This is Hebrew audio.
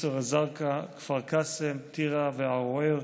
ג'יסר א-זרקא, כפר קאסם, טירה וערוער.